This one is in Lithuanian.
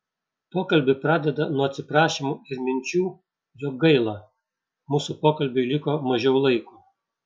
pokalbį pradeda nuo atsiprašymų ir minčių jog gaila mūsų pokalbiui liko mažiau laiko